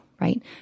right